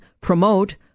promote